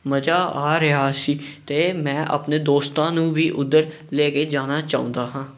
ਮਜ਼ਾ ਆ ਰਿਹਾ ਸੀ ਅਤੇ ਮੈਂ ਆਪਣੇ ਦੋਸਤਾਂ ਨੂੰ ਵੀ ਉੱਧਰ ਲੈ ਕੇ ਜਾਣਾ ਚਾਹੁੰਦਾ ਹਾਂ